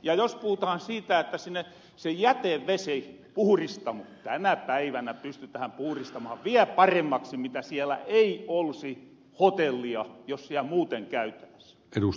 ja jos puhutahan siitä että sinne se jätevesipuhristamo tulee niin tänä päivänä pystytähän puhristamaan viel paremmaksi kuin jos siellä ei olisi hotellia jos siel muuten käytääs